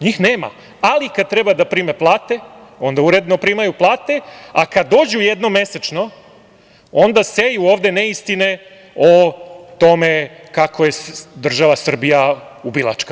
Njih nema, ali kada treba da prime plate, onda uredno primaju plate, a kada dođu jednom mesečno, onda seju ovde neistine o tome kako je država Srbija ubilačka.